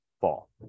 fall